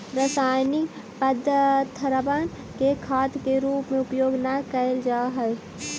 रासायनिक पदर्थबन के खाद के रूप में उपयोग न कयल जा हई